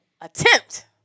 attempt